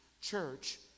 church